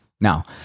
now